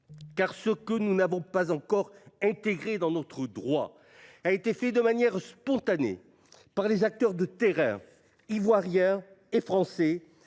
Car ce que nous n'avons pas encore intégré dans notre droit a été fait de manière spontanée par les acteurs de terrain ivoiriens et français